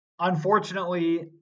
Unfortunately